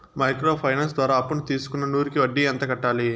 Micro finance ద్వారా అప్పును తీసుకున్న నూరు కి వడ్డీ ఎంత కట్టాలి?